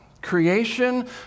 creation